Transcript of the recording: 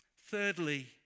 Thirdly